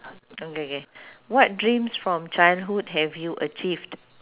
okay K what dreams from childhood have you achieved